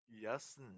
Yes